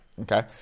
okay